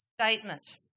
statement